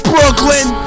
Brooklyn